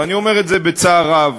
ואני אומר את זה בצער רב,